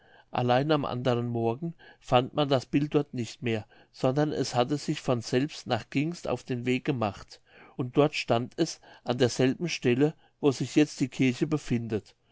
allein am anderen morgen fand man das bild dort nicht mehr sondern es hatte sich von selbst nach gingst auf den weg gemacht und dort stand es an derselben stelle wo sich jetzt die kirche befindet